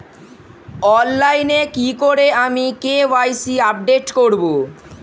অনলাইনে কি করে আমি কে.ওয়াই.সি আপডেট করব?